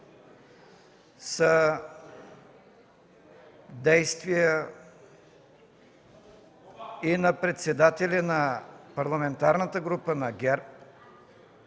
са действия и на председателя на Парламентарната група на ГЕРБ,